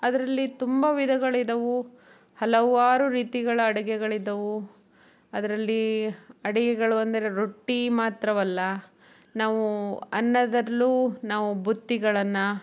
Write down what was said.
ಅದರಲ್ಲಿ ತುಂಬ ವಿಧಗಳಿದಾವೆ ಹಲವಾರು ರೀತಿಗಳ ಅಡುಗೆಗಳಿದಾವೆ ಅದರಲ್ಲಿ ಅಡುಗೆಗಳು ಅಂದರೆ ರೊಟ್ಟಿ ಮಾತ್ರವಲ್ಲ ನಾವು ಅನ್ನದಲ್ಲು ನಾವು ಬುತ್ತಿಗಳನ್ನು